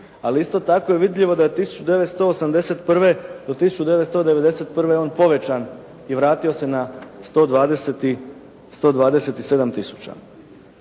je isto tako vidljivo da je 1981. do 1991. on povećan i vratio se na 127